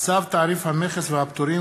הצווים האלה: צו תעריף המכס והפטורים